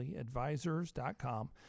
Advisors.com